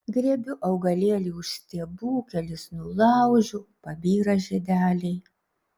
griebiu augalėlį už stiebų kelis nulaužiu pabyra žiedeliai